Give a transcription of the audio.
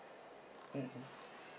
mm mm